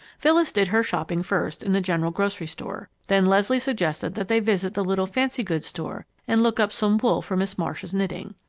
phyllis did her shopping first, in the general grocery store. then leslie suggested that they visit the little fancy-goods store and look up some wool for miss marcia's knitting.